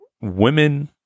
women